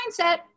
mindset